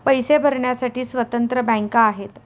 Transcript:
पैसे भरण्यासाठी स्वतंत्र बँका आहेत